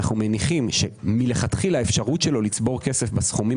אנו מניחים שמלכתחילה האפשרות שלו לצבור כסף בסכומים